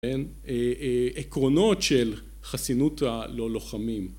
עקרונות של חסינות הלוחמים